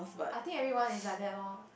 I think everyone is like that loh